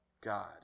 God